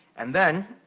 and then,